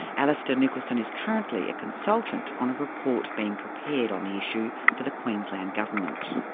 alistair nicholson is currently a consultant on a report being prepared on the issue for the queensland government.